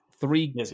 three